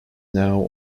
now